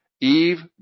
Eve